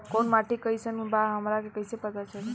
कोउन माटी कई सन बा हमरा कई से पता चली?